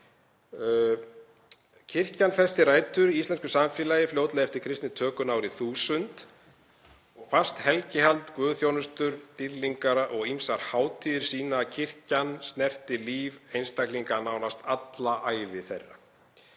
Kirkjan festi rætur í íslensku samfélagi fljótlega eftir kristnitökuna árið 1000. Fast helgihald, guðsþjónustur, dýrlingar og ýmsar hátíðir sýna að kirkjan snerti líf einstaklinga nánast alla ævi þeirra.